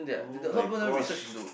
oh my gosh